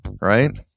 Right